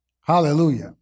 Hallelujah